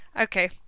Okay